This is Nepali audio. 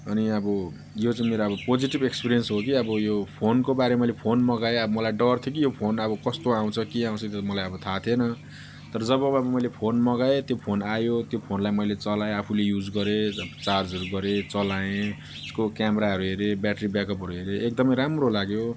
अनि अब यो चाहिँ मेरो अब पोजेटिव एक्सपिरियन्स हो कि अब यो फोनको बारे मैले फोन मगाएँ मलाई डर थियो कि यो फोन अब कस्तो छ के आउँछ मलाई थाहा थिएन र जब अब मैले फोन मगाएँ त्यो फोन आयो त्यो फोनलाई चलाएँ आफूले युज गरेँ चार्जहरू गरेँ चलाएँ त्यसको क्यामराहरू हेरेँ ब्याट्री ब्याकअपहरू हेरेँ एकदमै राम्रो लाग्यो